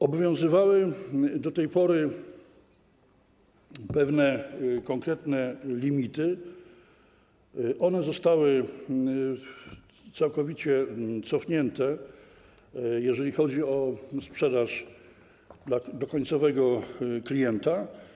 Obowiązywały do tej pory pewne konkretne limity, one zostały całkowicie cofnięte, jeżeli chodzi o sprzedaż do końcowego klienta.